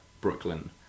Brooklyn